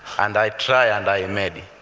and i tried, and i and made